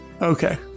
Okay